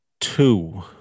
two